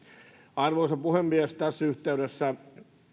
arvoisa puhemies tässä yhteydessä